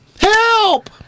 Help